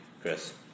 Chris